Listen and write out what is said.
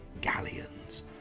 galleons